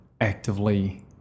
actively